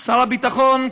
שר הביטחון,